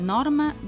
Norma